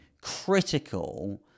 critical